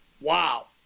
wow